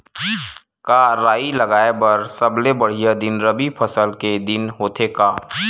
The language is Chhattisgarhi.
का राई लगाय बर सबले बढ़िया दिन रबी फसल के दिन होथे का?